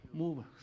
move